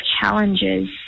challenges